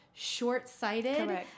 short-sighted